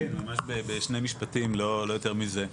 כן בשני משפטים לא יותר מזה.